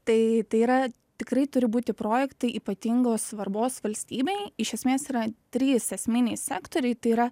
tai tai yra tikrai turi būti projektai ypatingos svarbos valstybei iš esmės yra trys esminiai sektoriai tai yra